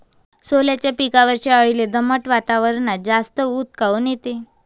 सोल्याच्या पिकावरच्या अळीले दमट वातावरनात जास्त ऊत काऊन येते?